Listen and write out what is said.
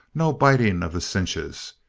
no biting of the cinches.